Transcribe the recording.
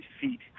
feet